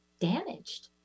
damaged